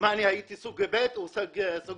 מה, אני סוג ב' או סוג ג'?